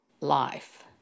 life